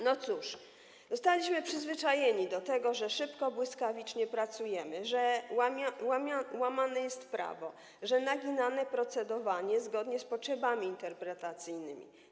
No cóż, zostaliśmy przyzwyczajeni do tego, że szybko, błyskawicznie pracujemy, że łamane jest prawo, że nagina się procedowanie zgodnie z potrzebami interpretacyjnymi.